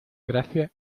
gracia